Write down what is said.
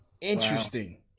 Interesting